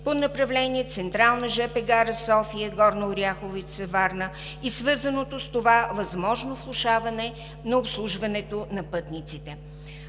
по направление Централна жп гара София – Горна Оряховица – Варна и свързаното с това възможно влошаване на обслужването на пътниците.